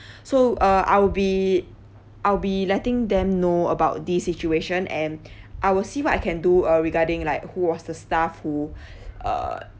so uh I'll be I'll be letting them know about this situation and I will see what I can do uh regarding like who was the staff who uh